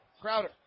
Crowder